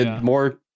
More